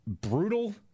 brutal